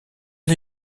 est